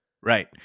Right